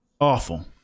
Awful